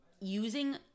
using